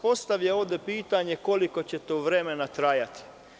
Postavlja se ovde pitanje koliko će to vremena trajati?